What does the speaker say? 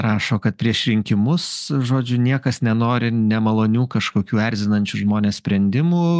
rašo kad prieš rinkimus žodžiu niekas nenori nemalonių kažkokių erzinančių žmonės sprendimų